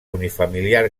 unifamiliar